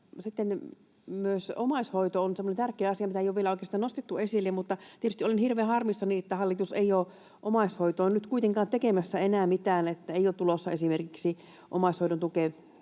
sitten myös omaishoito on semmoinen tärkeä asia, mitä ei ole vielä oikeastaan nostettu esille. Tietysti olen hirveän harmissani, että hallitus ei ole omaishoitoon nyt kuitenkaan tekemässä enää mitään, eli ei ole tulossa esimerkiksi omaishoidon tukeen